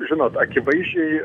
žinot akivaizdžiai